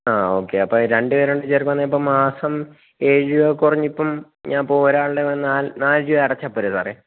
ആ ഓക്കെ അപ്പോള് രണ്ടുപേരെ കൂടെ ചേർക്കുകയാണെങ്കില് അപ്പോള് മാസം എഴു രൂപ കുറഞ്ഞിപ്പം ഞാനിപ്പോള് ഒരാളുടെ നാല് നാല് രൂപ അടച്ചാല് പോരെ സാറെ